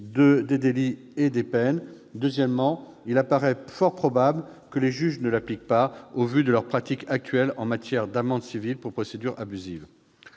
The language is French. des délits et des peines ; deuxièmement, il apparaît probable que les juges ne l'appliquent pas, au vu de leur pratique actuelle en matière d'amendes civiles pour procédure abusive.